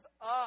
up